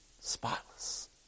spotless